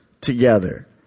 together